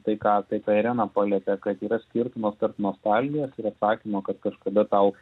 tai ką tai ką irena palietė kad yra skirtumas tarp nostalgijos ir atsakymo kad kažkada tau